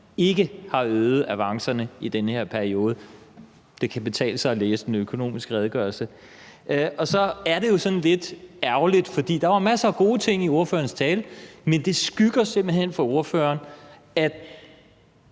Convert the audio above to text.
ikke har øget avancerne i den her periode. Det kan betale sig at læse »Økonomisk Redegørelse«. Der var masser af gode ting i ordførerens tale, men det skygger simpelt hen for ordførerens